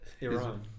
Iran